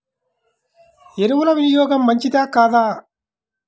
ఎరువుల వినియోగం మంచిదా కాదా?